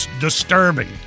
disturbing